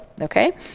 Okay